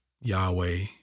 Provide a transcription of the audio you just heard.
Yahweh